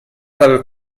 dal